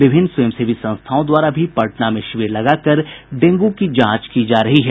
विभिन्न स्वयं सेवी संस्थाओं द्वारा भी पटना में शिविर लगाकर डेंगू की जांच की जा रही है